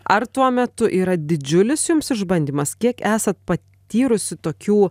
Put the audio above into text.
ar tuo metu yra didžiulis jums išbandymas kiek esat patyrusi tokių